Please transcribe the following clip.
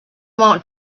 want